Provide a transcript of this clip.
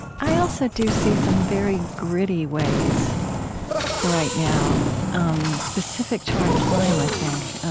i also do see some very gritty ways right now um specific to our time i think.